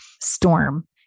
storm